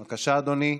בבקשה, אדוני,